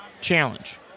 challenge